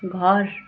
घर